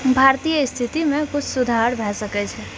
भारतीय स्थितिमे किछु सुधार भए सकैत छै